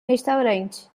restaurante